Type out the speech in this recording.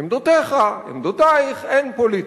עמדותיך, עמדותייך, הן פוליטיקה.